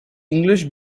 english